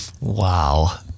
Wow